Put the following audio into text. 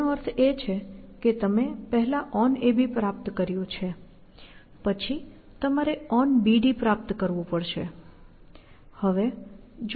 તેનો અર્થ એ કે તમે પહેલા onAB પ્રાપ્ત કર્યું છે પછી તમારે onBD પ્રાપ્ત કરવું પડશે